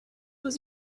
was